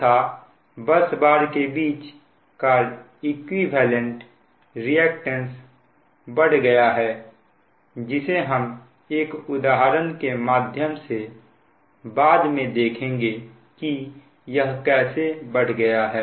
तथा bus bar के बीच का इक्विवेलेंट रिएक्टेंस बढ़ गया है जिसे हम एक उदाहरण के माध्यम से बाद में देखेंगे की यह कैसे बढ़ गया है